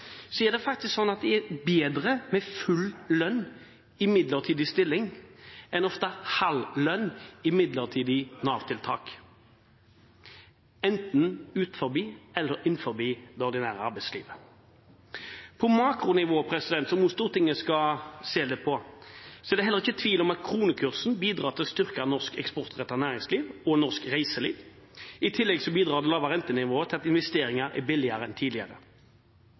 så er det faktisk sånn at det er bedre med full lønn i midlertidig stilling enn ofte halv lønn i midlertidig Nav-tiltak, enten innenfor eller utenfor det ordinære arbeidslivet. På makronivå, som også Stortinget skal se litt på, er det heller ikke tvil om at kronekursen bidrar til å styrke norsk eksportrettet næringsliv og norsk reiseliv. I tillegg bidrar det lave rentenivået til at investeringer er billigere enn tidligere.